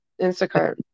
Instacart